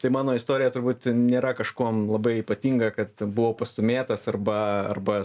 tai mano istorija turbūt nėra kažkuom labai ypatinga kad buvau pastūmėtas arba arba